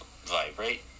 vibrate